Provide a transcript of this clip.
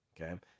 Okay